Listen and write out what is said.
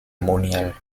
moniales